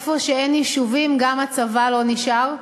איפה שאין יישובים גם הצבא לא נשאר,